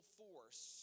force